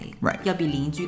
right